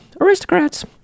Aristocrats